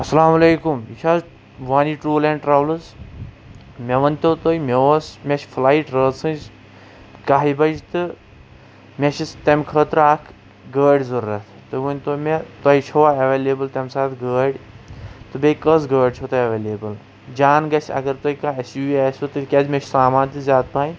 اسلام علیکم یہِ چھِ حظ وٲنی ٹیٛوٗر اینٛڈ ٹرٛاولٕز مےٚ ؤنۍتَو تُہۍ مےٚ اوس مے چھِ فلایٹ رٲژ ہٕنٛزِ کاہہِ بجہِ تہٕ مےٚ چھِ تَمہِ خٲطرٕ اَکھ گٲڑۍ ضروٗرت تُہی ؤنۍتَو مےٚ تۅہہِ چھُوا ایٚویلیبُل تَمہِ ساتہِ گٲڑۍ تہٕ بیٚیہِ کۅس گٲڑۍ چھِو تۅہہِ ایٚویلیبُل جان گژھِ اگر تُہۍ کانٛہہ ایس یوٗ وِی آسوٕ تِکیٛاز مےٚ چھُ سامان تہِ زیادٕ پہن